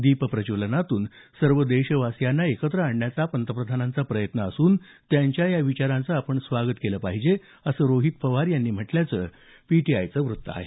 दीप प्रज्वलनातून सर्व देशवासियांना एकत्र आणण्याचा पंतप्रधानांचा प्रयत्न असून त्यांच्या या विचाराचं आपण स्वागत केलं पाहिजे असं रोहित पवार यांनी म्हटल्याचं पीटीआयचं वृत्त आहे